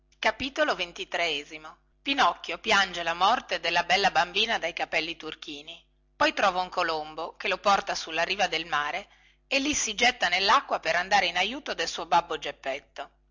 a inocchio piange la morte della bella bambina dai capelli turchini poi trova un colombo che lo porta sulla riva del mare e lì si getta nellacqua per andare in aiuto del suo babbo geppetto